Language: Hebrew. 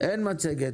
אין מצגת.